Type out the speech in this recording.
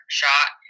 shot